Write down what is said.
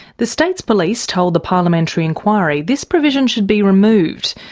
the state's police told the parliamentary inquiry this provision should be removed,